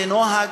זה נוהג.